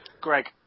Greg